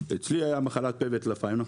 אצלי היה מחלת פה וטלפיים,